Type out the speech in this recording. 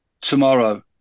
tomorrow